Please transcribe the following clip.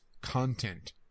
content